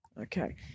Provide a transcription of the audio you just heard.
Okay